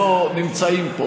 נמצאים פה,